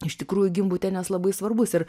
iš tikrųjų gimbutienės labai svarbus ir